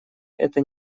это